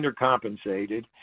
undercompensated